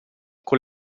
con